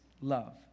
love